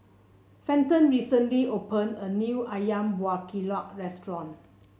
Fenton recently open a new ayam Buah Keluak restaurant